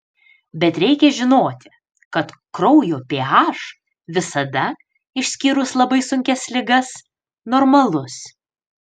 bet reikia žinoti kad kraujo ph visada išskyrus labai sunkias ligas normalus